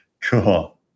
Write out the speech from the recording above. Cool